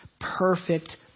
perfect